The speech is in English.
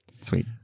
sweet